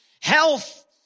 health